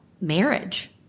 marriage